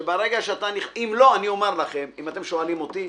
אם אתם שואלים אותי,